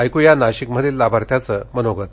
ऐक्या नाशिकमधील लाभार्थ्याचं मनोगत